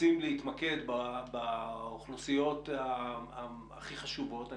רוצים להתמקד באוכלוסיות הכי חשובות,